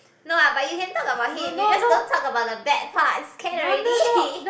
no lah but you can talk about him you just don't talk about the bad parts can already